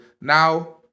Now